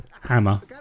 Hammer